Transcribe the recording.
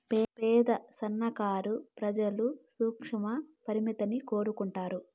పేద సన్నకారు ప్రజలు సూక్ష్మ పరపతిని కోరుకుంటారు